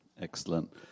excellent